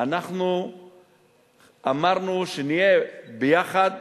אנחנו אמרנו שנהיה ביחד